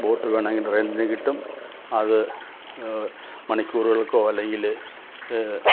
boat വേണമെങ്കിൽ റെൻ്റിന് കിട്ടും അത് മണിക്കൂറുകൾക്കോ അല്ലെങ്കിൽ